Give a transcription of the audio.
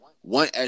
one